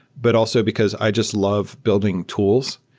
but also because i just love building tools.